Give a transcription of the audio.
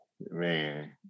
man